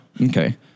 Okay